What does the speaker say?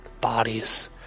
bodies